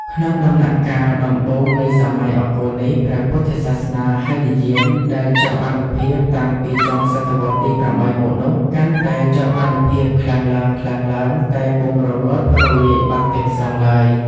ក្នុងដំណាក់កាលដំបូងនៃសម័យអង្គរនេះ ព្រះពុទ្ធសាសនាហីនយានដែលចុះអានុភាពតាំងពីចុងសតវត្សទី ៨ មកនោះ កាន់តែចុះអានុភាពខ្លាំងឡើងៗ តែពុំរលត់រលាយបាត់ទាំងស្រុងឡើយ ។